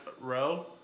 row